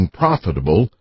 profitable